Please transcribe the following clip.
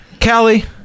Callie